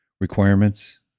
requirements